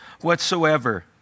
whatsoever